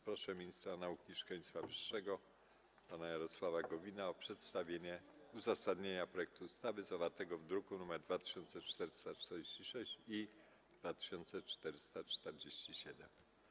Proszę ministra nauki i szkolnictwa wyższego pana Jarosława Gowina o przedstawienie uzasadnienia projektów ustaw zawartych w drukach nr 2446 i 2447.